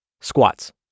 Squats